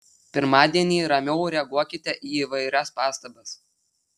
pirmadienį ramiau reaguokite į įvairias pastabas